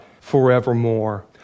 forevermore